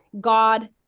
God